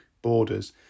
borders